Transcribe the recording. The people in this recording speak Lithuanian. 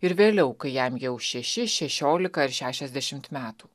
ir vėliau kai jam jau šeši šešiolika ar šešiasdešimt metų